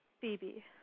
Phoebe